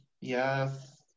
Yes